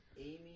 Amy